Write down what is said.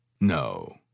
No